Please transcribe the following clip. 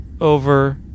over